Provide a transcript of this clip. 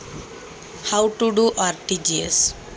RTGS कसे करायचे?